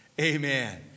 Amen